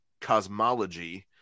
cosmology